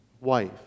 wife